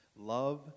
Love